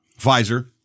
Pfizer